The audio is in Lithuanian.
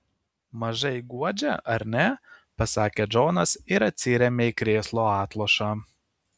mažai guodžia ar ne pasakė džonas ir atsirėmė į krėslo atlošą